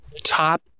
Top